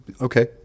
okay